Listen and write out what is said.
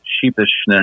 sheepishness